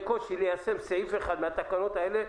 קושי ליישם סעיף אחד מהתקנות האלה,